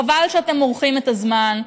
חבל שאתם מורחים את הזמן.